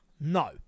No